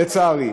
לצערי,